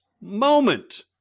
moment